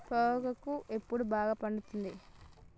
పొగాకు ఎప్పుడు బాగా పండుతుంది?